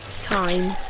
time!